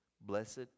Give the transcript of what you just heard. blessed